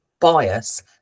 bias